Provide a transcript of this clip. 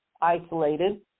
isolated